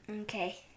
okay